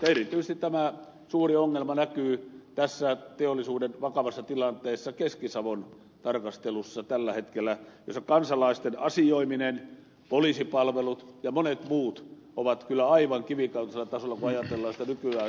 erityisesti tämä suuri ongelma näkyy tässä teollisuuden vakavassa tilanteessa keski savon tarkastelussa tällä hetkellä missä kansalaisten asioiminen poliisipalvelut ja monet muut ovat kyllä aivan kivikautisella tasolla kun ajatellaan sitä nykyaikaista kokonaisuutta